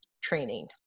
training